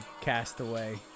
Castaway